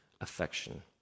affection